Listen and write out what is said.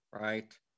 right